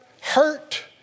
hurt